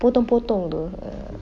potong-potong tu err